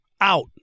out